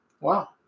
Wow